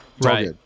Right